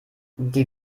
die